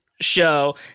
show